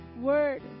word